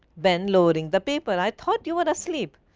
ben lowering the paper, i thought you were asleep.